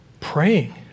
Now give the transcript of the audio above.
praying